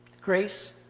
Grace